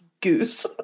goose